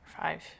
Five